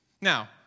Now